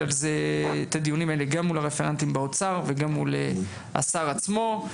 את הדיונים האלה מול הרפרנטים באוצר וגם מול השר עצמו.